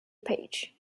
page